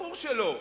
ברור שלא,